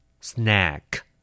Snack